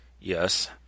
Yes